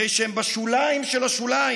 הרי שהם בשוליים של השוליים,